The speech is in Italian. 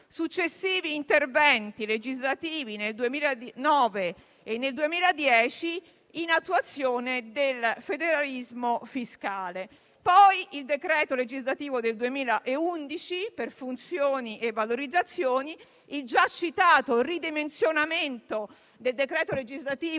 altri interventi legislativi nel 2009 e nel 2010 in attuazione del federalismo fiscale, il decreto legislativo del 2011 per funzioni e valorizzazioni e il già citato ridimensionamento del decreto legislativo